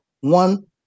One